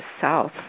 South